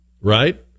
right